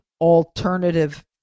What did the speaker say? alternative